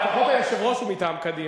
לפחות היושב-ראש הוא מטעם קדימה.